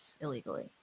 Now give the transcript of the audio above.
illegally